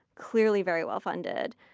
clearly very well-funded,